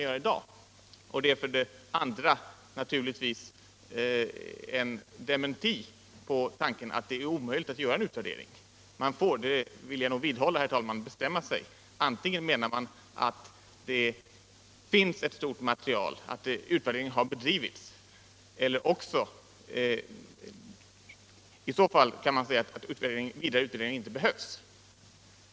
För det andra är det naturligtvis en dementi på påståendet att det är omöjligt att göra en utvärdering. Jag vill vidhålla, herr talman, att man får bestämma sig. Menar man att det finns ett stort material, att utvärderingen redan har bedrivits, då kan man säga att vidare utvärdering inte behövs.